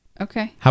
Okay